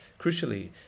Crucially